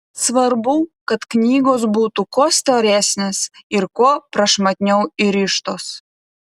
svarbu kad knygos būtų kuo storesnės ir kuo prašmatniau įrištos